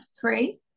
three